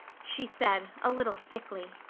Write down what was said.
she said, a little thickly.